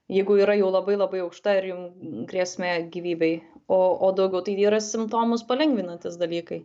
jeigu yra jau labai labai aukšta ir jau grėsmė gyvybei o o daugiau tai yra simptomus palengvinantys dalykai